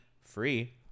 free